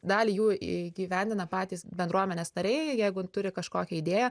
dalį jų įgyvendina patys bendruomenės nariai jeigu turi kažkokią idėją